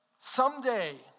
Someday